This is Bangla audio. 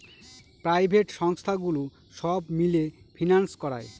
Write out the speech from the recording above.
প্রাইভেট সংস্থাগুলো সব মিলে ফিন্যান্স করায়